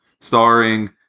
starring